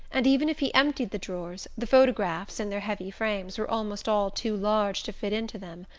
and even if he emptied the drawers, the photographs, in their heavy frames, were almost all too large to fit into them.